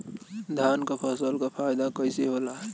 धान क फसल क फायदा कईसे होला?